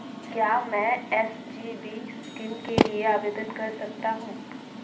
क्या मैं SGB scheme के लिए आवेदन कर सकता हूँ?